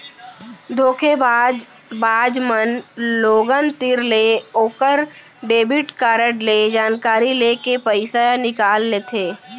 धोखेबाज बाज मन लोगन तीर ले ओकर डेबिट कारड ले जानकारी लेके पइसा निकाल लेथें